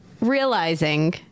realizing